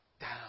down